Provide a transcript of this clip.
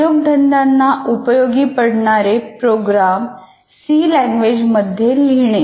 उद्योगधंद्यांना उपयोगी पडणारे प्रोग्रॅम सी लॅंग्वेज मध्ये लिहिणे